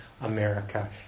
America